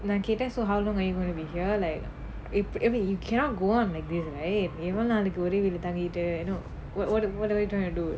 okay then so how long are you going to be here like um I mean you cannot go out like this right நீ எவ்ளோ நாளைக்கி ஒரே வீட்டுல தங்கிட்டு:nee evlo naalaikki orae veetula thangittu what what are you trying to do